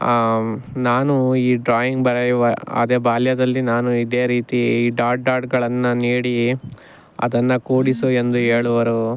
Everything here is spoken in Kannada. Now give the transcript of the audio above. ನಾನು ಈ ಡ್ರಾಯಿಂಗ್ ಬರೆಯುವ ಅದೇ ಬಾಲ್ಯದಲ್ಲಿ ನಾನು ಇದೆ ರೀತಿ ಡಾಟ್ ಡಾಟ್ಗಳನ್ನು ನೀಡಿ ಅದನ್ನು ಕೂಡಿಸು ಎಂದು ಹೇಳುವರು